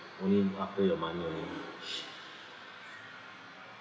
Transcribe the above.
only after your money only